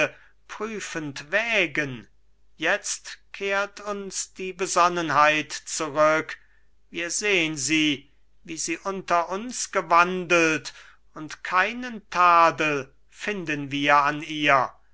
prüfend wägen jetzt kehrt uns die besonnenheit zurück wir sehn sie wie sie unter uns gewandelt und keinen tadel finden wir an ihr